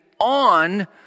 on